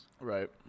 Right